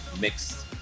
mixed